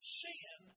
sin